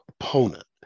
opponent